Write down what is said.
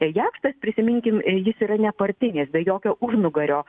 jakštas prisiminkim jis yra nepartinis be jokio užnugario